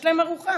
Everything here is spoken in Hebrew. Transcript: יש להם ארוחה.